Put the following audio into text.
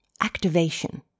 Activation